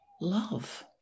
love